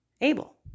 Abel